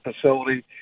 facility